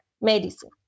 medicine